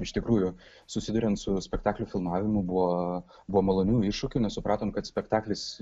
iš tikrųjų susiduriant su spektaklių filmavimu buvo buvo malonių iššūkių nes supratom kad spektaklis